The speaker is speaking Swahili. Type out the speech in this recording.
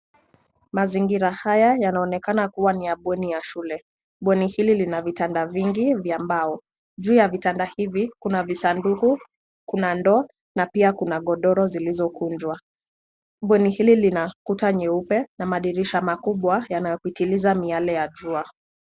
Mazingira haya yanaonekana kuwa ni ya bweni ya shule. Bweni hili Lina vitanda vingi vya mbao. Juu ya vitanda hivi kuna visanduku, kuna ndoo na pia kuna godoro zilizo kunjwa. Bweni hili lina kuta nyeupe na madirisha makubwa yanayo pitiliza miale ya jua.